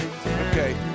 Okay